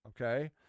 okay